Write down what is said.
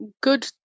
good